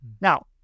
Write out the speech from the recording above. Now